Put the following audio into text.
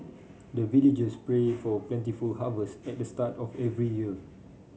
the villagers pray for plentiful harvest at the start of every year